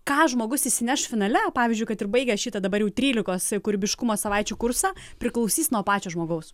ką žmogus išsineš finale pavyzdžiui kad ir baigęs šitą dabar jau trylikos kūrybiškumo savaičių kursą priklausys nuo pačio žmogaus